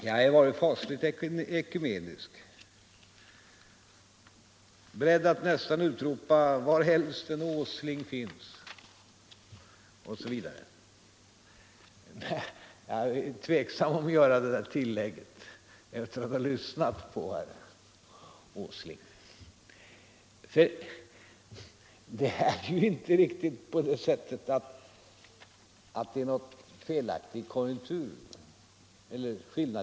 Jag har varit fasligt ekumenisk. Jag är nästan beredd att utropa: Var helst en åsling finns osv., men jag tvekar att göra det efter att ha lyssnat på herr Åsling. Det är inte riktigt på det sättet att det är någon skillnad i konjunkturbedömningen.